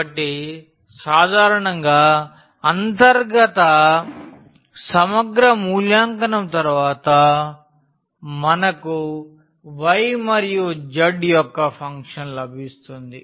కాబట్టి సాధారణంగా అంతర్గత సమగ్ర మూల్యాంకనం తరువాత మనకు y మరియు zయొక్క ఫంక్షన్ లభిస్తుంది